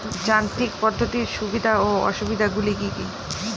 যান্ত্রিক পদ্ধতির সুবিধা ও অসুবিধা গুলি কি কি?